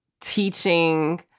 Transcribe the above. teaching